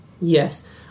Yes